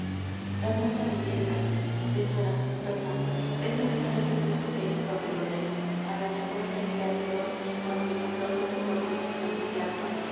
hermosa leyenda señora perdon es necesario cumplir lo que este papel ordena a la manera que el gladiador cuando los aplausos ensordecen el anfiteatro